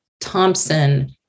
Thompson